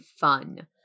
fun